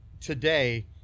today